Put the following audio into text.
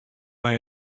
mei